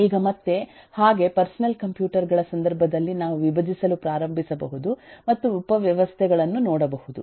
ಈಗ ಮತ್ತೆ ಹಾಗೆ ಪರ್ಸನಲ್ ಕಂಪ್ಯೂಟರ್ ಗಳ ಸಂದರ್ಭದಲ್ಲಿ ನಾವು ವಿಭಜಿಸಲು ಪ್ರಾರಂಭಿಸಬಹುದು ಮತ್ತು ಉಪವ್ಯವಸ್ಥೆಗಳನ್ನು ನೋಡಬಹುದು